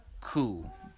Cool